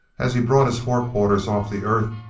as he brought his forequarters off the earth,